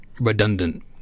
redundant